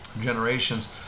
generations